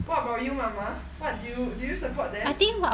what about you mama what do you do you support them